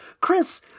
Chris